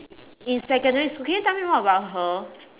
in secondary school can you tell me more about her